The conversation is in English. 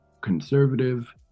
conservative